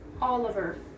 Oliver